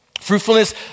Fruitfulness